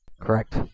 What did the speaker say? Correct